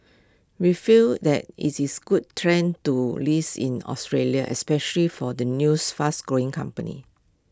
we feel that is this good trend to list in Australia especially for the news fast growing company